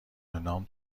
نام